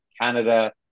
Canada